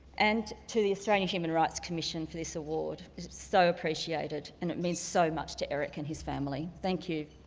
and to the australian human rights commission for this award. it is so appreciated and it means so much to eric and his family. thank you.